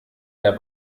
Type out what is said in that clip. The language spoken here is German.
der